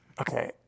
Okay